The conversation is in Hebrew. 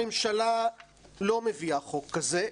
הממשלה לא מביאה חוק כזה,